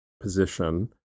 position